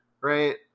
right